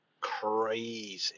crazy